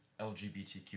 LGBTQ